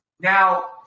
Now